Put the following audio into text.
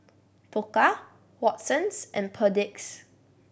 Pokka Watsons and Perdix